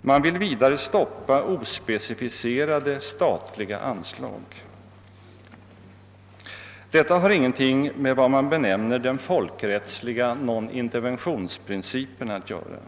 Man vill vidare stoppa ospecificerade statliga anslag. Detta har ingenting med vad man benämner den folkrättsliga noninterventionsprincipen att göra.